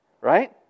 Right